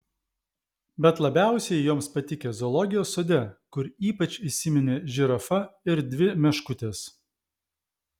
bet labiausiai joms patikę zoologijos sode kur ypač įsiminė žirafa ir dvi meškutės